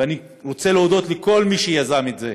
ואני רוצה להודות לכל מי שיזם את זה,